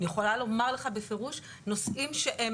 אני יכולה לומר לך בפירוש נושאים שהם